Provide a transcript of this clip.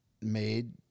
made